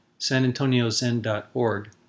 sanantoniozen.org